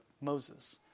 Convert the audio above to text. Moses